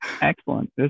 excellent